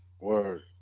word